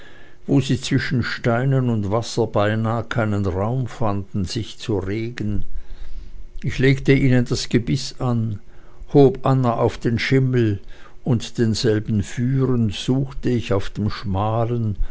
wo sie zwischen steinen und wasser beinahe keinen raum fanden sich zu regen ich legte ihnen das gebiß an hob anna auf den schimmel und denselben führend suchte ich auf dem schmalen